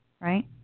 right